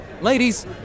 Ladies